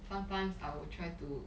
sometimes I will try to